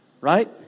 right